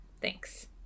Thanks